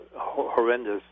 horrendous